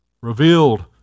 Revealed